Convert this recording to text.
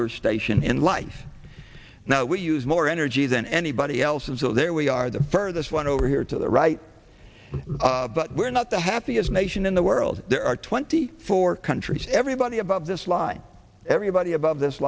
your station in life now we use more energy than anybody else and so there we are the fur this one over here to the right but we're not the happiest nation in the world there are twenty four countries everybody about this lie everybody above this